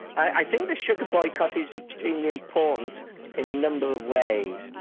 i think the sugar boycott is extremely important in a number of ways,